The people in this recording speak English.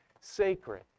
sacred